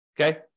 okay